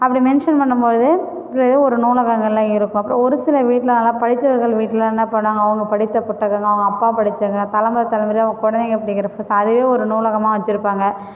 அப்படி மென்ஷன் பண்ணும்பொழுது ஏதோ ஒரு நூலகங்கள்லாம் இருக்கும் அப்றம் ஒரு சில வீட்டில் நல்லா படித்தவர்கள் வீட்டில் என்ன பண்ணுவாங்க அவங்க படித்த புத்தகங்கள் அவங்க அப்பா படித்த தலைமுற தலைமுறையாக அவங்க குழந்தைங்க படிக்கிற அதுவே ஒரு நூலகமாக வச்சுருப்பாங்க